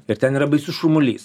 ir ten yra baisus šurmulys